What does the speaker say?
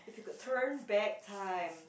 could turn back time